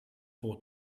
for